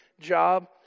job